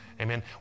Amen